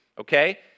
okay